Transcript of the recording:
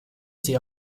sie